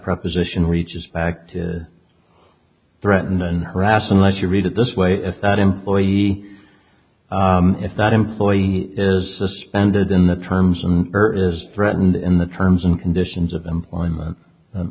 proposition reaches back to threaten and harass unless you read it this way if that employee if that employee is suspended in the terms and urges threatened in the terms and conditions of employment and